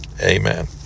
Amen